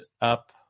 up